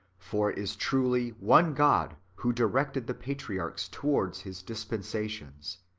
for it is truly one god who directed the patriarchs towards his dispensations,